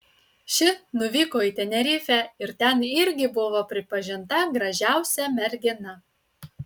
ši nuvyko į tenerifę ir ten irgi buvo pripažinta gražiausia mergina